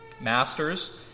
Masters